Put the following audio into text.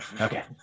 okay